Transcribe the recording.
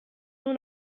nur